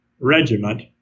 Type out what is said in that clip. regiment